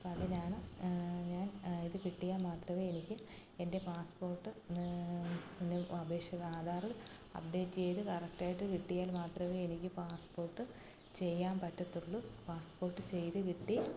അപ്പോൾ അതിനാണ് ഞാൻ ഇത് കിട്ടിയാൽ മാത്രമേ എനിക്ക് എൻ്റെ പാസ്സ്പോർട്ടിന് അപേക്ഷ ആധാർ അപ്ഡേറ്റ് ചെയ്ത് കറക്റ്റായിട്ട് കിട്ടിയാൽ മാത്രമേ എനിക്ക് പാസ്സ്പോർട്ട് ചെയ്യാൻ പറ്റത്തുള്ളൂ പാസ്സ്പോർട്ട് ചെയ്തു കിട്ടി